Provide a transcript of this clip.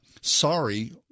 sorry